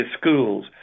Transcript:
schools